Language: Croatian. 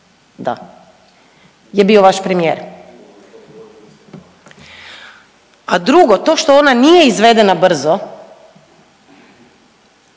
da je bio vaš premijer. A drugo to što ona nije izvedena brzo,